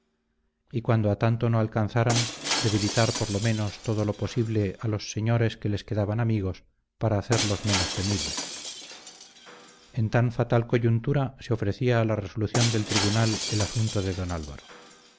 y cuando a tanto no alcanzaran debilitar por lo menos todo lo posible a los señores que les quedaban amigos para hacerlos menos temibles en tan fatal coyuntura se ofrecía a la resolución del tribunal el asunto de don álvaro